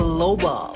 Global